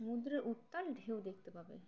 সমুদ্রের উত্তাল ঢেউ দেখতে পাবে